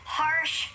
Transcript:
harsh